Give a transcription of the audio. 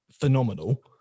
phenomenal